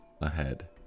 ahead